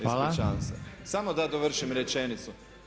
Ispričavam se, samo da dovršim rečenicu.